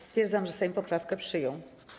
Stwierdzam, że Sejm poprawkę przyjął.